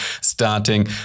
starting